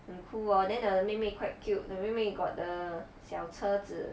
很 cool lor then the 妹妹 quite cute the 妹妹 got the 小车子